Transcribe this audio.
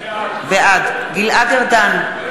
בעד גלעד ארדן,